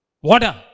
water